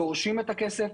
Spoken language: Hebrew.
דורשים את הכסף,